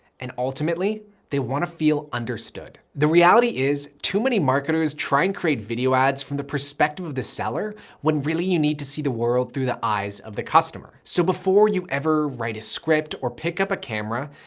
and ultimately they want to feel understood. the reality is too many marketers try and create video ads from the perspective of the seller, when really you need to see the world through the eyes of the customer. so before you ever write a script or pick up a camera,